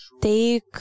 Take